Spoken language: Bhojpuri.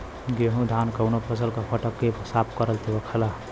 गेहू धान कउनो फसल क फटक के साफ कर देवेला